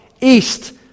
east